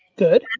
good.